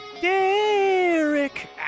Derek